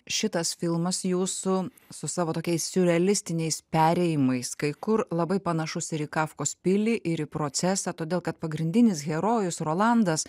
šitas filmas jūsų su savo tokiais siurrealistiniais perėjimais kai kur labai panašus ir į kafkos pilį ir į procesą todėl kad pagrindinis herojus rolandas